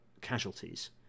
casualties